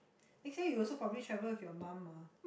next year you also probably travel with your mum ah